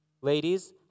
Ladies